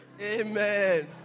Amen